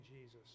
Jesus